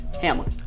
Hamlet